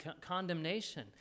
condemnation